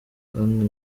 kandi